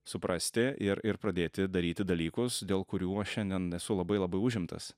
suprasti ir ir pradėti daryti dalykus dėl kurių aš šiandien esu labai labai užimtas